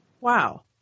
Wow